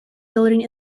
building